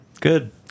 Good